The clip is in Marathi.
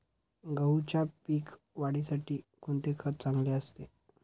गहूच्या पीक वाढीसाठी कोणते खत चांगले असते?